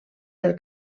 pel